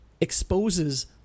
exposes